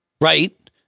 Right